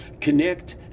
connect